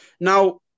Now